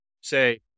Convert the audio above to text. say